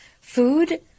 food